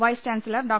vice chancellor Dr